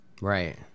Right